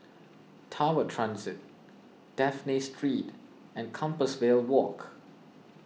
Tower Transit Dafne Street and Compassvale Walk